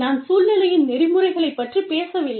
நான் சூழ்நிலையின் நெறிமுறைகளைப் பற்றிப் பேசவில்லை